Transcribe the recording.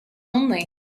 only